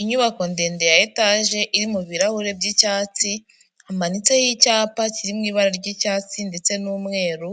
Inyubako ndende ya etage iri mu birahure by'icyatsi, Imanitseho Icyapa kiri mu ibara ry'icyatsi ndetse n'umweru.